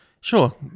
sure